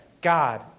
God